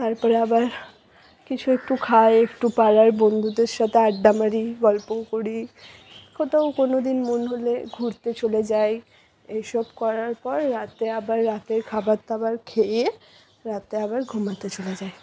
তারপরে আবার কিছু একটু খাই একটু পাড়ায় বন্ধুদের সাথে আড্ডা মারি গল্পও করি কোথাও কোনওদিন মন হলে ঘুরতে চলে যাই এইসব করার পর রাতে আবার রাতের খাবার দাবার খেয়ে রাতে আবার ঘুমাতে চলে যাই